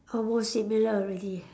almost similar already